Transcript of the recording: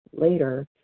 later